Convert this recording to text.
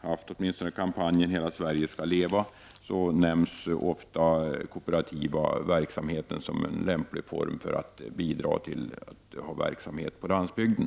haft en kampanj som heter ”Hela Sverige skall leva” — nämns ofta den kooperativa verksamheten som en lämplig form för att bidra till verksamhet på landsbygden.